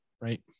Right